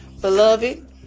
beloved